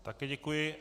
Taky děkuji.